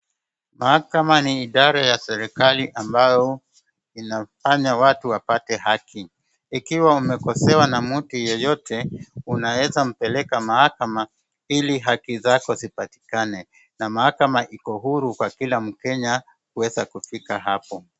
Mahakama ni idara ya serekali ambayo inafanya watu wapae haki ikiwa umekosewa na mtu yeyote unaweza mpeleka mahakama ili haki zako zipatikane na mahakama iko huru kwa kila mkenya kuweza kufika hapo.